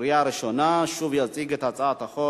עברה בקריאה ראשונה ותועבר להמשך דיון בוועדת החוקה,